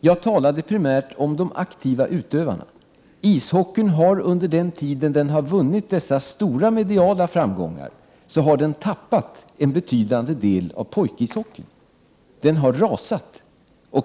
Jag talade primärt om de aktiva utövarna. Ishockeyn har under den tid den vunnit de stora mediala framgångarna tappat en betydande del av pojkishockeyn, som har rasat.